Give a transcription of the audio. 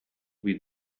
with